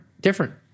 different